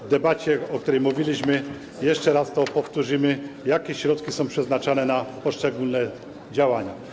W debacie o tym mówiliśmy, jeszcze raz powtórzymy, jakie środki są przeznaczane na poszczególne działania.